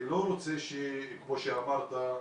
כמו שאמרת,